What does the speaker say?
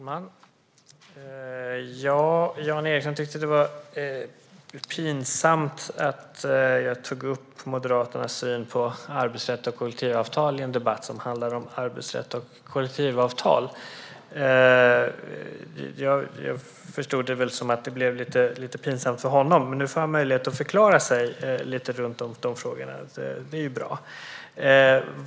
Herr talman! Jan Ericson tyckte att det var pinsamt att jag tog upp Moderaternas syn på arbetsrätt och kollektivavtal i en debatt som handlar om arbetsrätt och kollektivavtal. Jag förstod att det blev lite pinsamt för honom. Nu får han dock möjlighet att förklara sig, och det är ju bra.